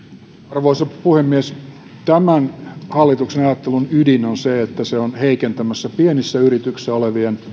arvoisa puhemies tämän hallituksen ajattelun ydin on se että se on heikentämässä pienissä yrityksissä olevien